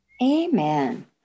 Amen